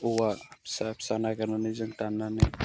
औवा फिसा फिसा नागिरनानै जों दाननानै